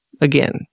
again